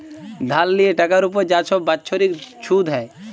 ধার লিয়ে টাকার উপর যা ছব বাচ্ছরিক ছুধ হ্যয়